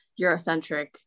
Eurocentric